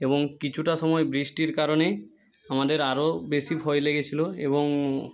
এবং কিছুটা সময় বৃষ্টির কারণে আমাদের আরও বেশি ভয় লেগেছিলো এবং